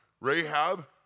Rahab